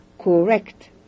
correct